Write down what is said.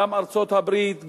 גם ארצות-הברית,